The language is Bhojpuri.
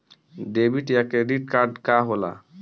डेबिट या क्रेडिट कार्ड का होला?